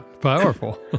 powerful